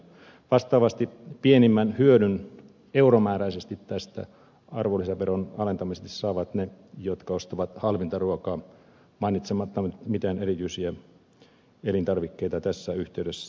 vastaavasti pienimmän hyödyn euromääräisesti tästä arvonlisäveron alentamisesta saavat ne jotka ostavat halvinta ruokaa mainitsematta nyt mitään erityisiä elintarvikkeita tässä yhteydessä